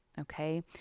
Okay